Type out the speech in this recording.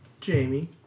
Jamie